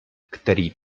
který